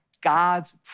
God's